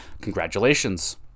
congratulations